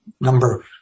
number